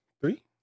three